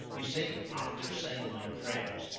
you see, after saying my prayers,